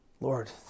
Lord